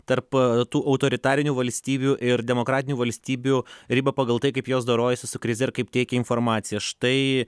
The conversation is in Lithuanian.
tarp tų autoritarinių valstybių ir demokratinių valstybių ribą pagal tai kaip jos dorojasi su krize ir kaip teikia informaciją štai